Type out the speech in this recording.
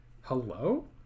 Hello